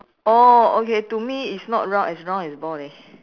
oh okay to me it's not round as round as ball leh